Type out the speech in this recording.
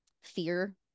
fear